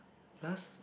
last